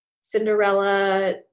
Cinderella